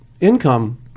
income